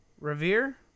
Revere